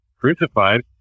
crucified